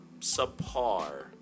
subpar